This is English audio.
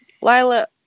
Lila